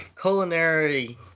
culinary